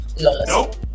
Nope